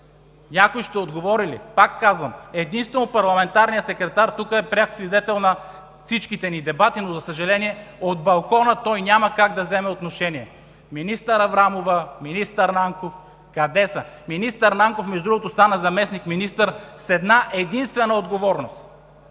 Някой ще отговори ли? Пак казвам: единствено парламентарният секретар е пряк свидетел на всичките ни дебати тук, но, за съжаление, от балкона той няма как да вземе отношение. Министър Аврамова, министър Нанков – къде са?! Между другото, министър Нанков стана заместник-министър с една-единствена отговорност: